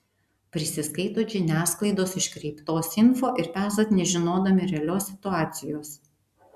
prisiskaitot žiniasklaidos iškreiptos info ir pezat nežinodami realios situacijos